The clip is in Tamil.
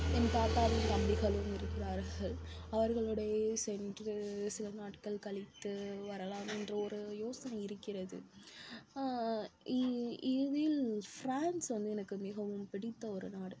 என் தாத்தாவின் தம்பிகளும் இருக்கிறார்கள் அவர்களுடையே சென்று சில நாட்கள் கழித்து வரலாம் என்று ஒரு யோசனை இருக்கிறது இ இறுதியில் ஃப்ரான்ஸ் வந்து எனக்கு மிகவும் பிடித்த ஒரு நாடு